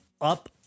up